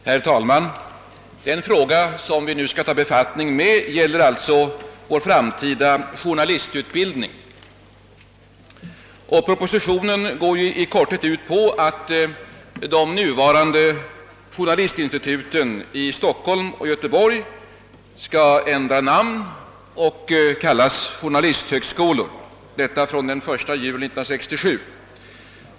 Herr talman! Den fråga vi nu skall behandla gäller vår framtida journalistutbildning. Propositionen går i korthet ut på att de nuvarande journalistinstituten i Stockholm och Göteborg skall ändra namn och kallas journalisthögskolor från den 1 juli 1967.